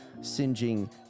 singeing